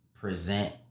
Present